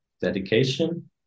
dedication